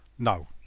No